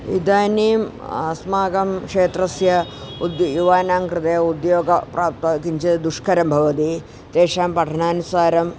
इदानीम् अस्माकं क्षेत्रस्य उद् युवानां कृते उद्योगप्राप्तिः किञ्चित् दुष्करं भवति तेषां पठनानुसारम्